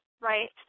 right